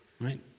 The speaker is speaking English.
right